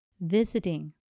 visiting